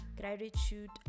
gratitude